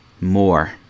more